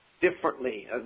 differently